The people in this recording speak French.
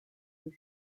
des